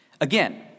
Again